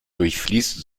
durchfließt